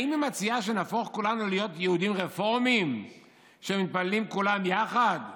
האם היא מציעה שנהפוך כולנו להיות יהודים רפורמים שמתפללים כולם יחד?